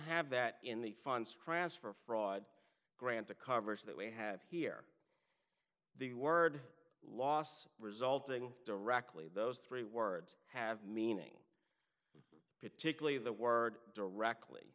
have that in the funds transfer fraud grant to cover so that we have here the word loss resulting directly those three words have meaning particularly the word directly